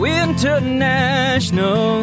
international